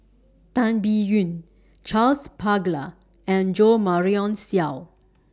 Tan Biyun Charles Paglar and Jo Marion Seow